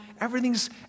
Everything's